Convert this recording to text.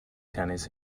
tennis